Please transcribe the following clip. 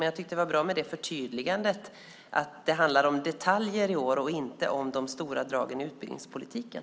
Men det var bra med förtydligandet att det handlar om detaljer i år och inte om de stora dragen i utbildningspolitiken.